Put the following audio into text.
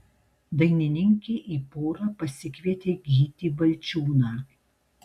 dainininkė į porą pasikvietė gytį balčiūną